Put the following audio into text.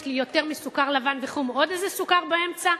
יש לי יותר מסוכר לבן וחום עוד איזה סוכר באמצע?